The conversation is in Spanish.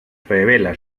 revela